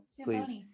please